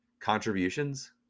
contributions